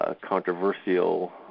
controversial